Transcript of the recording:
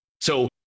So-